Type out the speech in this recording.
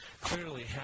clearly